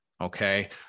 Okay